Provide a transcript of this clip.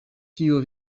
tio